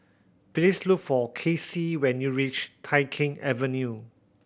please look for Kacey when you reach Tai Keng Avenue